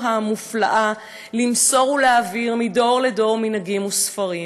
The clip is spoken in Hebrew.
המופלאה למסור ולהעביר מדור לדור מנהגים וספרים,